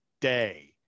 day